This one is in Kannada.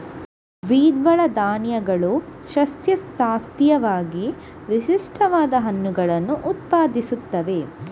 ದ್ವಿದಳ ಧಾನ್ಯಗಳು ಸಸ್ಯಶಾಸ್ತ್ರೀಯವಾಗಿ ವಿಶಿಷ್ಟವಾದ ಹಣ್ಣುಗಳನ್ನು ಉತ್ಪಾದಿಸುತ್ತವೆ